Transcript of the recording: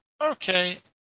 Okay